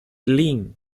lynn